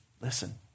Listen